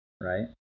Right